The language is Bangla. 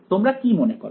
তোমরা কি মনে করো